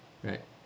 right